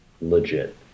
legit